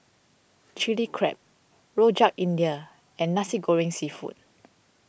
Chilli Crab Rojak India and Nasi Goreng Seafood